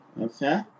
Okay